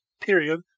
period